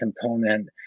component